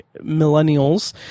millennials